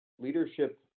leadership